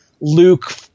Luke